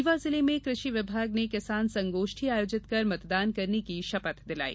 रीवा जिले में कृषि विभाग ने किसान संगोष्ठी आयोजित कर मतदान करने की शपथ दिलाई